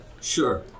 sure